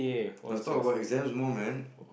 let's talk about exams more man